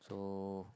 so